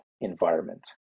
environment